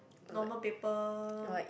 normal paper